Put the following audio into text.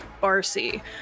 barcy